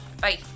Bye